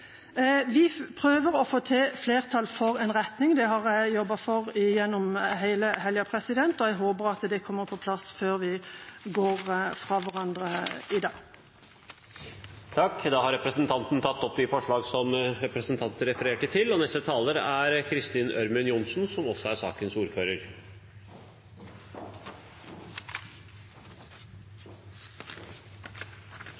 Vi prøver å få til flertall for en retning. Det har jeg jobbet for gjennom hele helgen, og jeg håper det kommer på plass før vi går fra hverandre i dag. Da har representanten Kari Henriksen tatt opp det forslaget hun refererte til. Jeg ble veldig usikker på Arbeiderpartiets forslag, egentlig. Hvis det legges til grunn det som representanten Henriksen her sa, er